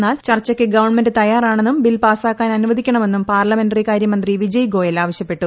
എന്നാൽ ചർച്ചയ്ക്ക് ഗവൺമെന്റ് തയ്യാറാണെന്നും ബിൽ പാസ്റ്റാക്കാൻ അനുവദിക്കണമെന്നും പാർലമെന്ററി കാര്യ മന്ത്രി വിജയ് ഗോയൽ ആവശ്യപ്പെട്ടു